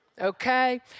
Okay